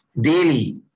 daily